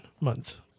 Month